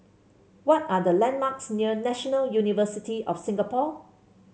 what are the landmarks near National University of Singapore